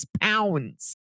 pounds